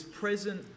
present